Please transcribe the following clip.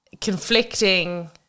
conflicting